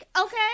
okay